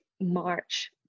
march